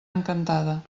encantada